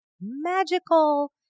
magical